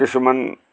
কিছুমান